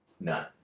None